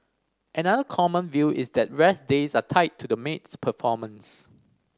another common view is that rest days are tied to the maid's performance